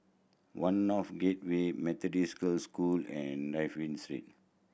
One North Gateway Methodist Girls' School and Dafne Street